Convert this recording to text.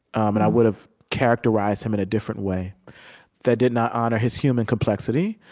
and i would've characterized him in a different way that did not honor his human complexity,